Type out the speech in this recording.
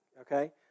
Okay